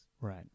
Right